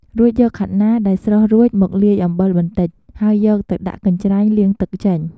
រួចយកខាត់ណាដែលស្រុះរួចមកលាយអំបិលបន្តិច ហើយយកទៅដាក់កញ្ច្រែងលាងទឹកចេញ។